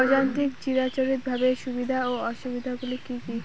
অযান্ত্রিক চিরাচরিতভাবে সুবিধা ও অসুবিধা গুলি কি কি?